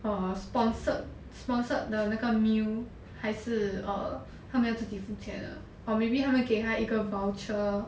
!wah! sponsored sponsored the 那个 meal 还是 err 他们要自己付钱的:ta men yao ziji fu qian de or maybe 他们会给他一个 voucher